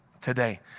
today